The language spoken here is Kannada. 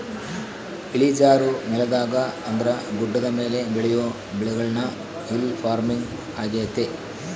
ಇಳಿಜಾರು ನೆಲದಾಗ ಅಂದ್ರ ಗುಡ್ಡದ ಮೇಲೆ ಬೆಳಿಯೊ ಬೆಳೆಗುಳ್ನ ಹಿಲ್ ಪಾರ್ಮಿಂಗ್ ಆಗ್ಯತೆ